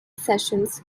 sessions